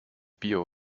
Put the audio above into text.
bio